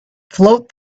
float